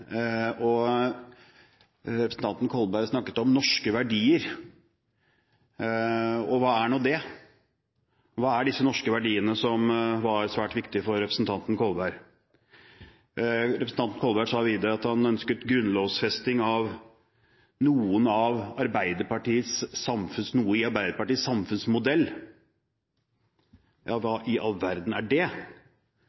det. Representanten Kolberg snakket om norske verdier, men hva er det? Hva er disse norske verdiene som er svært viktige for representanten Kolberg? Representanten Kolberg sa videre at han ønsket grunnlovfesting av noe i Arbeiderpartiets samfunnsmodell.